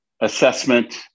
assessment